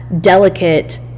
delicate